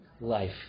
life